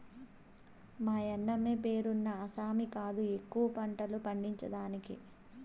మాయన్నమే పేరున్న ఆసామి కాదు ఎక్కువ పంటలు పండించేదానికి